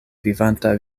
vivanta